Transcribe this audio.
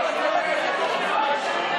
אני רוצה להגיד לכם,